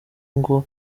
ngo